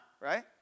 right